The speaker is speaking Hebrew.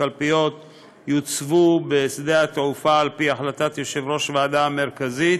הקלפיות יוצבו בשדה התעופה על פי החלטת יושב-ראש הוועדה המרכזית,